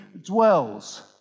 dwells